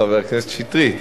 חבר הכנסת שטרית.